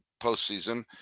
postseason